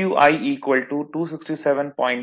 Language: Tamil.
Wi 267